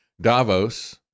Davos